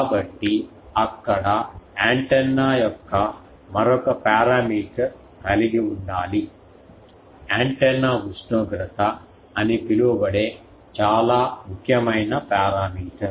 కాబట్టి అక్కడ యాంటెన్నా యొక్క మరొక పారామీటర్ కలిగి ఉండాలి యాంటెన్నా ఉష్ణోగ్రత అని పిలువబడే చాలా ముఖ్యమైన పారామీటర్